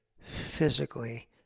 physically